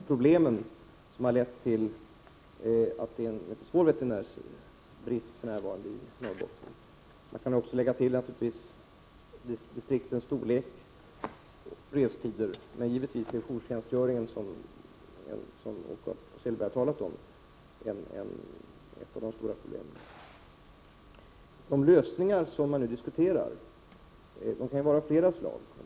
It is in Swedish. Herr talman! Jag har själv tagit upp några av de viktigaste problemen som har lett till att det är en svår brist på veterinärer i Norrbotten. Man kan naturligtvis lägga till distriktens storlek och restider. Men givetvis är jourtjänstgöringen, som Åke Selberg har talat om, ett av de stora problemen. De lösningar som man nu diskuterar kan vara av flera slag.